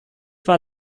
war